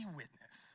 witness